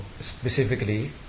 specifically